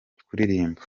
kuririmba